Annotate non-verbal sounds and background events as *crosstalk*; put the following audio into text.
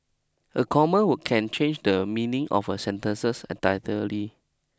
a comma *unintelligible* can change the meaning of a sentences entirely